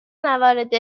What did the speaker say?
موارد